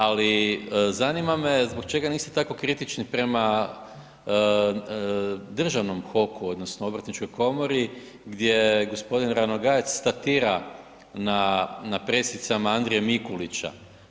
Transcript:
Ali zanima me zbog čega niste tako kritični prema državnom HOK-u odnosno obrtničkom komori gdje gospodin Ranogajec statira na pressicama Andrije Mikulića.